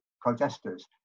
protesters